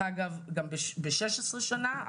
יגיע מעל וגם בצורה שונה.